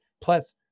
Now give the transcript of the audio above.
Plus